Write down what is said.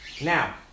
Now